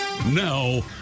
Now